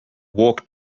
walk